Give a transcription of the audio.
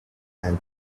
and